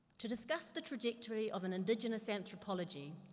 to discuss the trajectory of an indigenous anthropology,